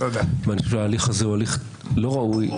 וההליך הזה הוא הליך לא ראוי,